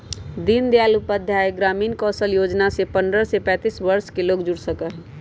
दीन दयाल उपाध्याय ग्रामीण कौशल योजना से पंद्रह से पैतींस वर्ष के लोग जुड़ सका हई